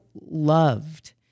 loved